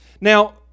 Now